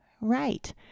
right